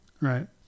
Right